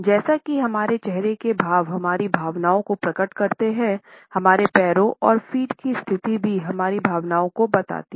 जैसा कि हमारे चेहरे के भाव हमारी भावनाओं को प्रकट करते हैं हमारे पैर और फ़ीट की स्थिति भी हमारी भावनाओं को बताती है